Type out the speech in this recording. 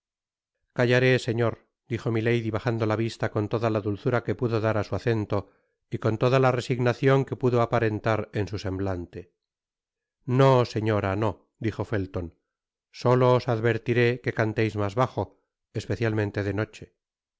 callaré señor dijo milady bajando la vista con toda la dulzura que pudo dar á su acento y con toda la resignacion que pudo aparentar en su semblante no señora no dijo felton solo os advertire que canteis mas bajo especialmente de noche